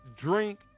drink